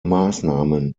maßnahmen